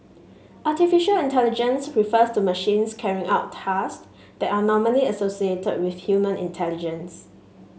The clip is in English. artificial intelligence refers to machines carrying out tasks that are normally associated with human intelligence